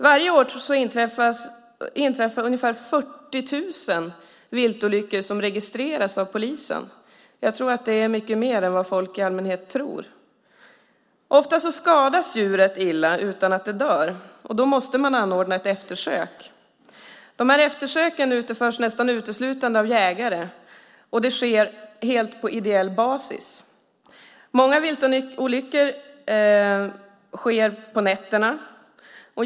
Varje år inträffar ungefär 40 000 viltolyckor som registreras av polisen. Det är mycket mer än vad folk i allmänhet tror. Oftast skadas djuret illa utan att det dör. Då måste man anordna ett eftersök. Eftersöken utförs nästan uteslutande av jägare, och det sker helt på ideell basis. Många viltolyckor sker på nätterna.